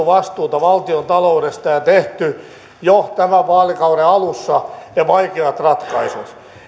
vastuuta valtiontaloudesta ja ja tehty jo tämän vaalikauden alussa ne vaikeat ratkaisut